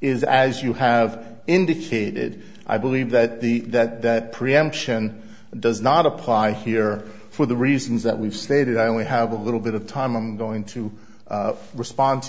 is as you have indicated i believe that the that preemption does not apply here for the reasons that we've stated i only have a little bit of time i'm going to respond to